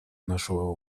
нашего